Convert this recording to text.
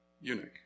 eunuch